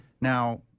Now